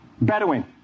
Bedouin